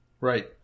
right